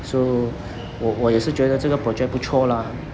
so 我我也是觉得这个 project 不错 lah